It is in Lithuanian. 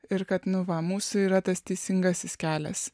ir kad nu va mūsų yra tas teisingasis kelias